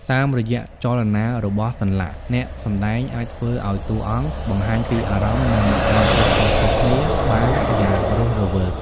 តាមរយៈចលនារបស់សន្លាក់ អ្នកសម្ដែងអាចធ្វើឲ្យតួអង្គបង្ហាញពីអារម្មណ៍ និងស្ថានភាពខុសៗគ្នាបានយ៉ាងរស់រវើក។